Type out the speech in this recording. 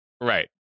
right